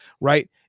right